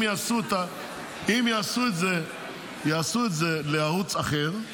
אם יעשו את זה לערוץ אחר,